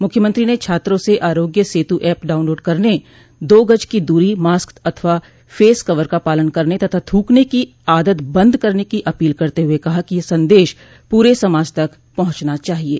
मुख्यमंत्री ने छात्रो से आरोग्य सेतु ऐप डॉउनलोड करने दो गज की दूरी मास्क अथवा फेस कवर का पालन करने तथा थ्रकने की आदत बंद करने की अपील करते हुए कहा कि यह संदेश पूरे समाज तक पहुंचना चाहिये